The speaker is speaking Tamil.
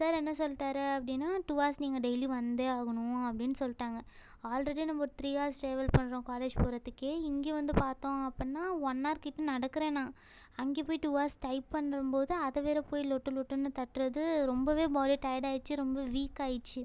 சார் என்ன சொல்லிவிட்டாரு அப்படின்னா டூ ஹார்ஸ் நீங்கள் டெய்லி வந்தே ஆகணும் அப்படின்னு சொல்லிட்டாங்க ஆல்ரெடி நம்ம ஒரு த்ரீ ஹார்ஸ் ட்ராவல் பண்ணுறோம் காலேஜ் போகிறதுக்கே இங்கே வந்து பார்த்தோம் அப்புடின்னா ஒன் ஹார் கிட்ட நடக்கிறேன் நான் அங்கே போய் டூ ஹார்ஸ் டைப் பண்ணும்போது அதை வேறு போய் லொட்டு லொட்டுனு தட்டுறது ரொம்பவே பாடி டயர்ட் ஆகிடுச்சி ரொம்ப வீக்காகிடுச்சி